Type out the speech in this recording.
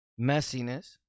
Messiness